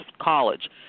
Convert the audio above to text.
college